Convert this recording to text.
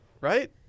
Right